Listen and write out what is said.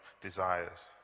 desires